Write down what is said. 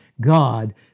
God